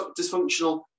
dysfunctional